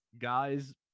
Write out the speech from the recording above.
guys